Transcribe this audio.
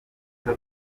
soko